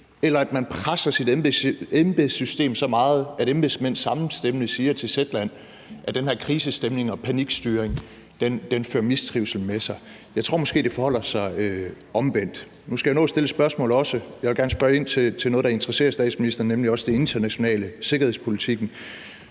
eller at man presser sit embedssystem så meget, at embedsmænd samstemmende siger til Zetland, at den her krisestemning og panikstyring fører mistrivsel med sig. Så jeg tror måske, det forholder sig omvendt. Nu skal jeg jo også nå at stille et spørgsmål, og jeg vil gerne spørge ind til noget, der interesserer statsministeren, nemlig også det internationale og sikkerhedspolitikken,